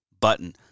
button